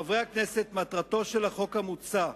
חברי הכנסת, מטרתו של החוק המוצע,